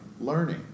learning